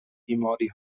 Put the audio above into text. بیماری